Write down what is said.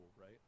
right